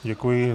Děkuji.